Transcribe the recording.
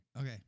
Okay